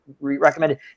recommended